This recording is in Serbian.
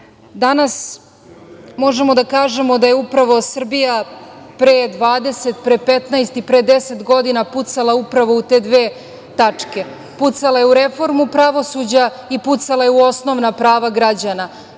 tome. Danas možemo da kažemo da je upravo Srbija pre 20, pre 15 i pre 10 godina pucala upravo u te dve tačke, pucala je u reformu pravosuđa i pucala je u osnovna prava građana.